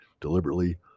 deliberately